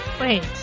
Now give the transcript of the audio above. Wait